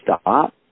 stop